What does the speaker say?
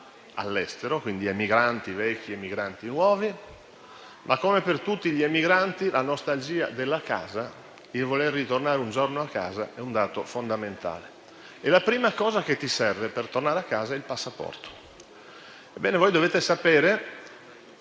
generazione, emigranti vecchi ed emigranti nuovi, ma, come per tutti gli emigranti, la nostalgia della casa, il voler ritornare un giorno a casa è un dato fondamentale. E la prima cosa che ti serve per tornare a casa è il passaporto. Ebbene, voi dovete sapere